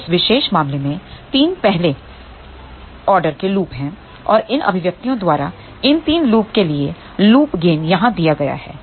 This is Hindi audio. तोइस विशेष मामले में 3 पहले ऑर्डर के लूप हैं और इन अभिव्यक्तियों द्वारा इन 3 लूप के लिए लूप गेन यहां दिया गया है